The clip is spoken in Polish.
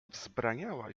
wzbraniała